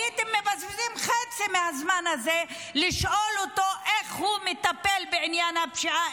הייתם מבזבזים חצי מהזמן הזה לשאול אותו איך הוא מטפל בעניין הפגיעה,